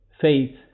faith